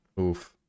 Oof